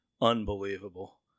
unbelievable